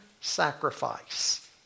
sacrifice